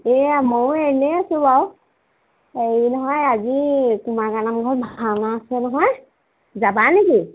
এইয়া মইও এনেই আছো বাৰু হেৰি নহয় আজি কুমাৰ গাঁও নামঘৰত ভাওনা আছে নহয় যাবা নেকি